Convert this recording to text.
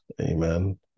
amen